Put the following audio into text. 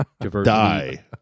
Die